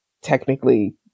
technically